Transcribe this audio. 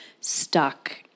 stuck